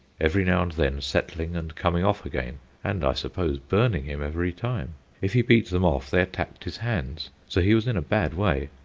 every now and then settling and coming off again, and, i suppose, burning him every time if he beat them off, they attacked his hands, so he was in a bad way.